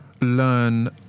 learn